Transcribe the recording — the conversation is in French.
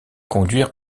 conduire